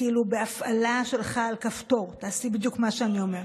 כאילו בהפעלה שלך על כפתור: תעשי בדיוק מה שאני אומר.